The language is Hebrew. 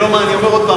אני אומר עוד פעם,